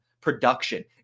production